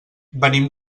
venim